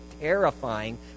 terrifying